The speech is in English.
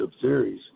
series